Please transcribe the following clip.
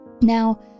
Now